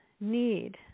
need